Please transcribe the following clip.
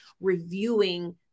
reviewing